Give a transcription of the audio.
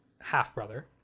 half-brother